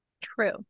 True